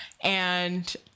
and-